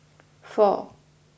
four